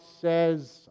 says